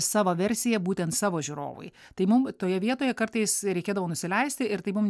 savo versiją būtent savo žiūrovui tai mum toje vietoje kartais reikėdavo nusileisti ir tai mum